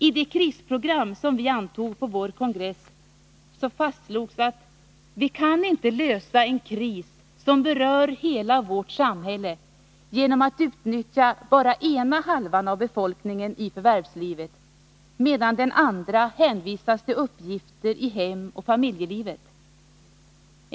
I det krisprogram som vi antog på vår kongress fastslogs följande: ”Vi kan inte lösa en kris som berör hela vårt samhälle genom att utnyttja bara ena halvan av befolkningen i förvärvslivet, medan den andra hänvisas till uppgifter i hemoch familjelivet.